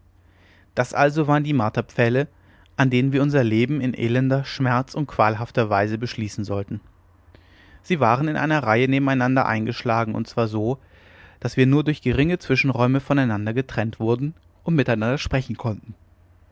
das also waren die marterpfähle an denen wir unser leben in elender schmerz und qualhafter weise beschließen sollten sie waren in einer reihe nebeneinander eingeschlagen und zwar so daß wir nur durch geringe zwischenräume voneinander getrennt wurden und miteinander sprechen konnten